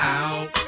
out